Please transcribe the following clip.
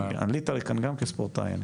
עלית לכאן גם כספורטאי.